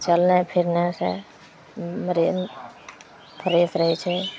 चलनाइ फिरनाइसे ने फ्रे फ्रेश रहै छै